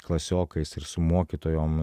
klasiokais ir su mokytojom